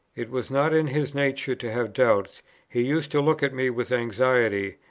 it was not in his nature to have doubts he used to look at me with anxiety,